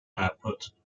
output